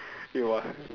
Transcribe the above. it was